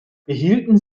behielten